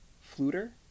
Fluter